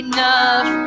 Enough